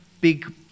big